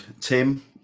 Tim